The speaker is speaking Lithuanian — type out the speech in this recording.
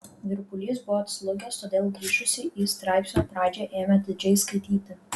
virpulys buvo atslūgęs todėl grįžusi į straipsnio pradžią ėmė atidžiai skaityti